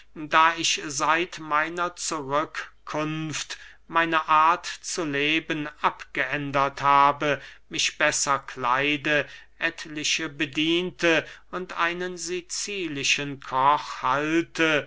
da ich seit meiner zurückkunft meine art zu leben abgeändert habe mich besser kleide etliche bediente und einen sicilischen koch halte